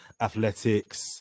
athletics